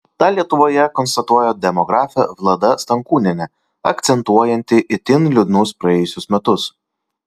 tą lietuvoje konstatuoja demografė vlada stankūnienė akcentuojanti itin liūdnus praėjusius metus